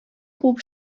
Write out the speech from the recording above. куып